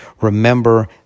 Remember